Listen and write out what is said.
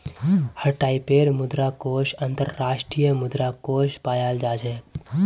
हर टाइपेर मुद्रा कोष अन्तर्राष्ट्रीय मुद्रा कोष पायाल जा छेक